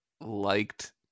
liked